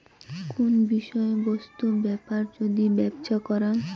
কোন বিষয় বস্তু বেপার যদি ব্যপছা করাং